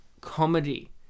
comedy